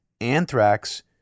anthrax